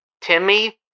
Timmy